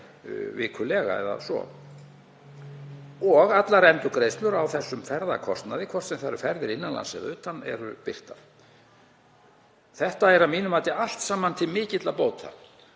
vikulega eða svo. Allar endurgreiðslur á þessum ferðakostnaði, hvort sem það eru ferðir innan lands eða utan, eru birtar. Þetta er að mínu mati allt saman til mikilla bóta